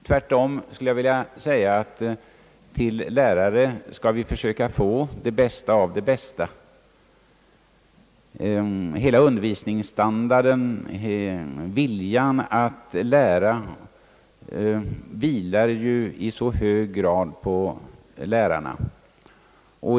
Tvärtom skulle jag vilja säga att till lärare skall vi försöka få de bästa av de bästa. Hela undervisningsstandarden och viljan att lära vilar ju i så hög grad på lärarna.